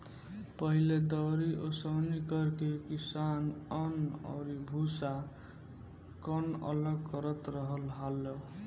पहिले दउरी ओसौनि करके किसान अन्न अउरी भूसा, कन्न अलग करत रहल हालो